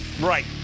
Right